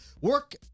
work